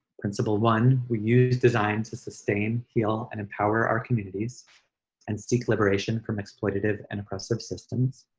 principle one, we use design to sustain, heal and empower our communities and seek liberation from exploitative and oppressive systems.